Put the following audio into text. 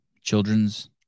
children's